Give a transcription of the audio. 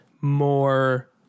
more